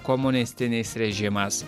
komunistinis režimas